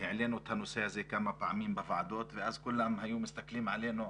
העלינו את הנושא הזה כמה פעמים בוועדות ואז כולם היו מסתכלים עלינו,